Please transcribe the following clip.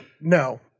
no